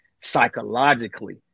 psychologically